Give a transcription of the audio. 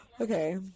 Okay